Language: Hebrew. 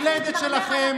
חברת הכנסת דבי,